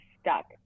stuck